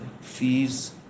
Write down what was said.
fees